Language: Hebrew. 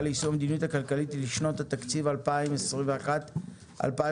ליישום המדיניות הכלכלית לשנות התקציב 2021 ו-2022).